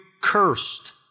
cursed